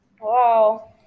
Wow